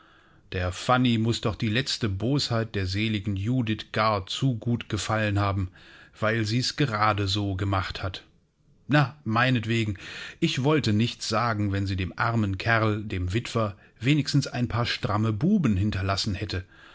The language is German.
der fanny muß doch die letzte bosheit der seligen judith gar zu gut gefallen haben weil sie's gerade so gemacht hat na meinetwegen ich wollte nichts sagen wenn sie dem armen kerl dem witwer wenigstens ein paar stramme buben hinterlassen hätte